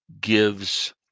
gives